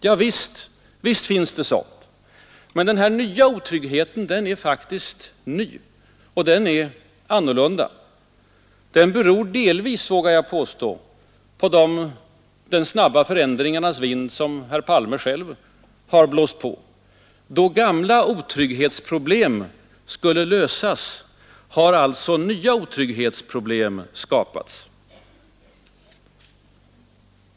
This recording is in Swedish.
Ja, visst finns det sådana. Men den här nya otryggheten är faktiskt ny. Och den är annorlunda. Den beror delvis, vågar jag påstå, på den de snabba förändringarnas vind som herr Palme själv blåst på. Då gamla otrygghetsproblem skulle lösas, har nya otrygghetsproblem skapats.